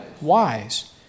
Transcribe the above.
wise